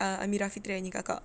ah amirah fitria nya kakak